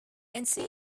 ensuing